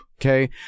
okay